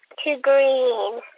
to green.